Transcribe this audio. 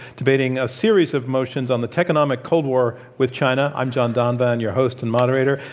debating a series of motions on the techonomic cold war with china. i'm john donvan, your host and moderator.